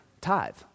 Tithe